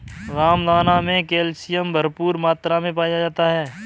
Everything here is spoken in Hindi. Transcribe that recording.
रामदाना मे कैल्शियम भरपूर मात्रा मे पाया जाता है